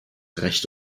recht